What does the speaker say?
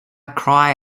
cry